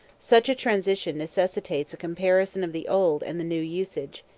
such a transition necessitates a comparison of the old and the new usage,